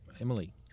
Emily